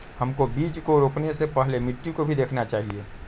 हमको बीज को रोपने से पहले मिट्टी को भी देखना चाहिए?